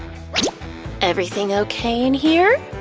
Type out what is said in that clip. everything okay in here?